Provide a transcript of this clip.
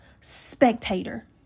Spectator